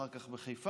אחר כך בחיפה,